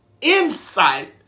insight